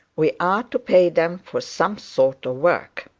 we are to pay them for some sort of work.